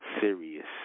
serious